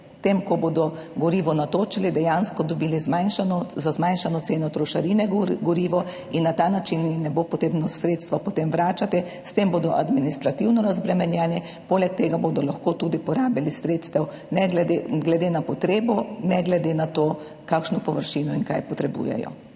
ko bodo gorivo natočili, dejansko dobili gorivo po zmanjšani ceni trošarine, na ta način ne bo treba sredstev potem vračati. S tem bodo administrativno razbremenjeni. Poleg tega bodo lahko tudi porabili sredstva glede na potrebe, ne glede na to, kakšno površino imajo.